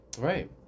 Right